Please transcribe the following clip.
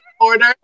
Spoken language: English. order